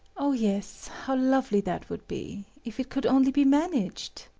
oh yes, how lovely that would be, if it could only be managed!